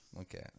Okay